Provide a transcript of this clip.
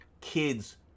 kids